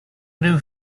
new